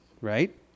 right